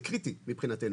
זה קריטי מבחינתנו.